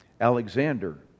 alexander